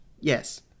Yes